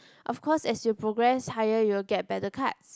of course as you progress higher you'll get better card